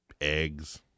Eggs